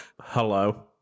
hello